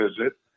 visit